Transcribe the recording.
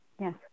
Yes